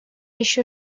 еще